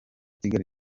kigali